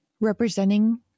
representing